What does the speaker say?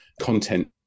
content